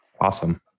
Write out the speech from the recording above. Awesome